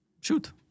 shoot